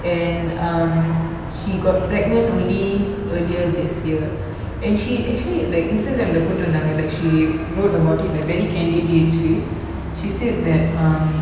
and um she got pregnant only earlier this year and she actually like instagram lah போட்ருந்தாங்கள:poturunthangala like she wrote about it like very candidly actually she said that um